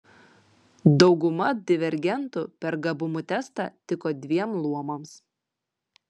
dauguma divergentų per gabumų testą tiko dviem luomams